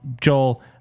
Joel